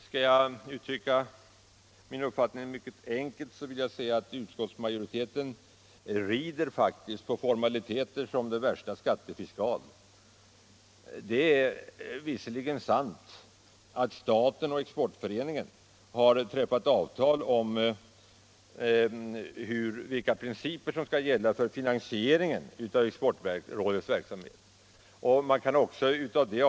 Skall jag uttrycka min uppfattning mycket enkelt, kan jag säga att utskottsmajoriteten faktiskt rider på formaliteter såsom den värsta skattefiskal. Det är visserligen sant att staten och Exportföreningen har träffat avtal om vilka principer som skall gälla för finansieringen av rådets verksamhet.